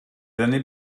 années